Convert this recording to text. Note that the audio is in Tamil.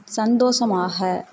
சந்தோஷமாக